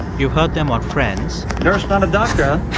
you heard them on friends. nurse, not a doctor, huh?